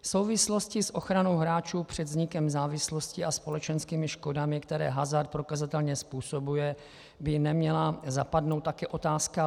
V souvislosti s ochranou hráčů před vznikem závislosti a společenskými škodami, které hazard prokazatelně způsobuje, by neměla také zapadnout otázka